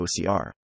OCR